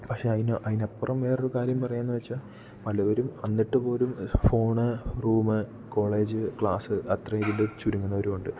പക്ഷേ അതിന് അതിനപ്പുറം വേറെ ഒരു കാര്യം പറയാമെന്ന് വച്ചാൽ പലവരും എന്നിട്ട് പോലും ഫോണ് റൂമ് കോളേജ് ക്ലാസ് അത്ര ഇതിൽ ചുരുങ്ങുന്നവരൂണ്ട്